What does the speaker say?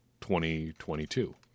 2022